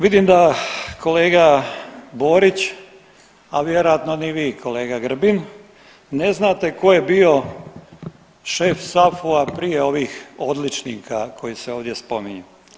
Vidim da kolega Borić, a vjerojatno ni vi kolega Grbin ne znate tko je bio šef SAFU-a prije ovih odličnika koji se ovdje spominju.